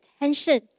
attention